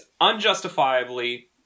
unjustifiably